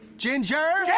ginger!